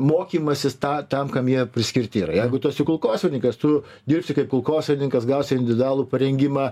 mokymasis tą tam kam jie priskirti yra jeigu tu esi kulkosvaidininkas tu dirbsi kaip kulkosvaidininkas gausi individualų parengimą